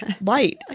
light